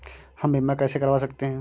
हम बीमा कैसे करवा सकते हैं?